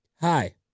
hi